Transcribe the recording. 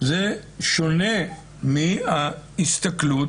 זה שונה מהסתכלות